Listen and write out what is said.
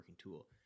tool